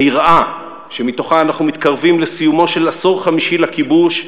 היראה שמתוכה אנחנו מתקרבים לסיומו של עשור חמישי לכיבוש,